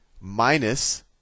minus